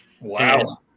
Wow